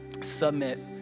submit